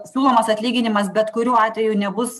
siūlomas atlyginimas bet kuriuo atveju nebus